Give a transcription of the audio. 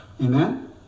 Amen